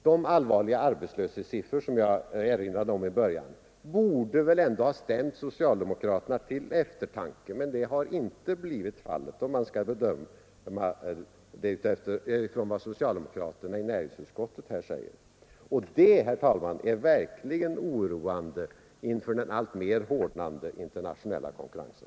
De allvarliga arbetslöshetssiffror som jag erinrade om i början borde väl ändå ha stämt socialdemokraterna till eftertanke, men det har inte blivit fallet, om man skall döma efter vad socialdemokraterna i näringsutskottet här säger. Och det, herr talman, är verkligen oroande inför den alltmer hårdnande internationella konkurrensen.